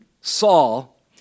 Saul